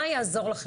מה יעזור לכם.